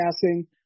passing